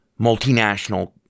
multinational